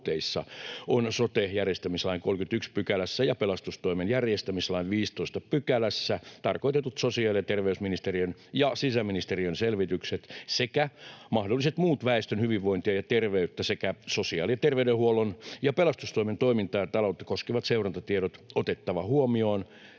on sote-järjestämislain 31 §:ssä ja pelastustoimen järjestämislain 15 §:ssä tarkoitetut sosiaali‑ ja terveysministeriön ja sisäministeriön selvitykset sekä mahdolliset muut väestön hyvinvointia ja terveyttä sekä sosiaali‑ ja terveydenhuollon ja pelastustoimen toimintaa ja taloutta koskevat seurantatiedot otettava huomioon